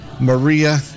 Maria